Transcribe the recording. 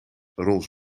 rolls